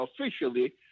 officially